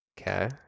Okay